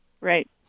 Right